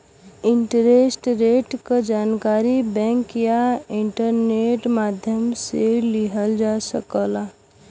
interest rate क जानकारी bank या इंटरनेट माध्यम से लिहल जा सकला